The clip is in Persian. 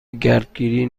گردگیری